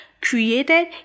created